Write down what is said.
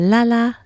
Lala